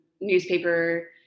newspaper